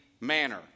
manner